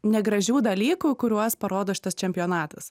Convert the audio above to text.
negražių dalykų kuriuos parodo šitas čempionatas